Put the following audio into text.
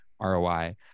ROI